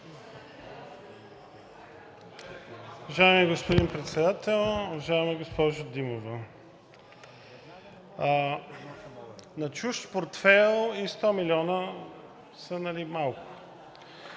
Уважаеми господин Председател! Уважаема госпожо Димова, на чужд портфейл и 100 милиона са, нали,